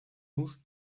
muss